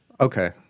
Okay